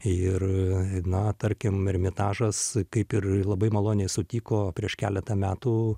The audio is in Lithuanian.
ir na tarkim ermitažas kaip ir labai maloniai sutiko prieš keletą metų